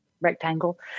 rectangle